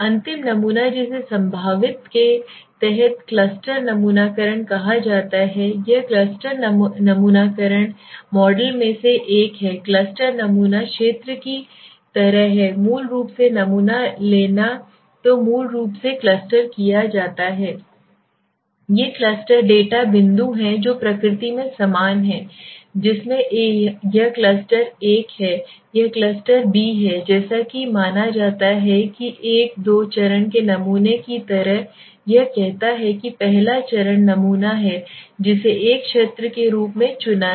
अंतिम नमूना जिसे संभावित के तहत क्लस्टर नमूनाकरण कहा जाता है यह क्लस्टर नमूनाकरण मॉडल में से एक है क्लस्टर नमूना क्षेत्र की तरह है मूल रूप से नमूना लेना तो मूल रूप से क्लस्टर क्या होता है ये क्लस्टर डेटा बिंदु हैं जो प्रकृति में समान हैं जिसमें यह क्लस्टर ए है यह क्लस्टर बी है जैसा कि माना जाता है कि एक दो चरण के नमूने की तरह यह कहता है कि पहला चरण नमूना है जिसे एक क्षेत्र के रूप में चुना है